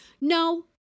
No